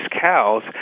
cows